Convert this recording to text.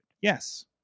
Yes